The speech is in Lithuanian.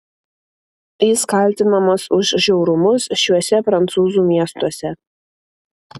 jis kaltinamas už žiaurumus šiuose prancūzų miestuose